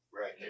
Right